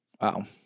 Wow